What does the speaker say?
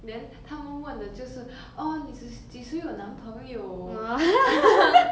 then 他们问的就是 orh 你几几时有男朋友